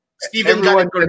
Stephen